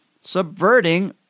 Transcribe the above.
subverting